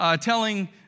telling